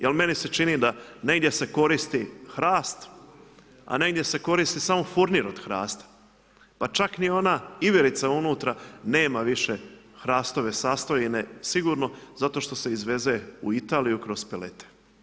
Jer meni se čini da negdje se koristi Hrast, a negdje se koristi samo furnir od Hrasta pa čak ni ona iverica unutra nema više Hrastove sastojine sigurno, zato što se izveze u Italiju kroz pelete.